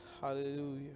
Hallelujah